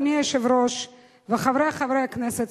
אדוני היושב-ראש וחברי חברי הכנסת,